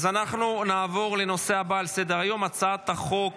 נעבור לנושא הבא על סדר-היום, הצעת חוק